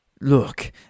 look